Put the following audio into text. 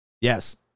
Yes